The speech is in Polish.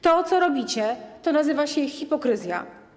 To, co robicie, nazywa się hipokryzją.